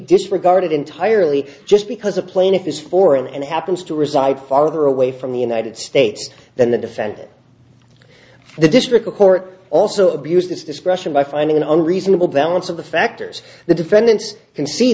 disregarded entirely just because a plaintiff is foreign and happens to reside farther away from the united states than the defendant the district court also abused its discretion by finding a reasonable balance of the factors the defendants can see